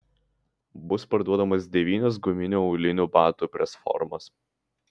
bus parduodamos devynios guminių aulinių batų presformos